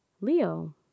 Leo